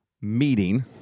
meeting